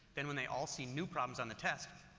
then when they all see new problems on the test,